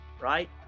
right